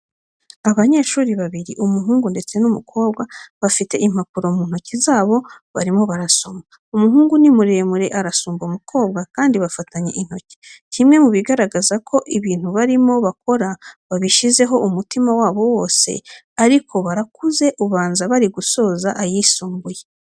Abanyeshuri babiri umuhungu ndetse n'umukobwa, bafite impapuro mu ntoki zabo barimo barasoma. Umuhungu ni muremure arasumba umukobwa kandi bafatanye intoki, kimwe mu bigaragaza ko ibintu barimo bakora babishyizeho umutima wabo wose, ariko barakuze ubanza bari gusoza ayisumbuye.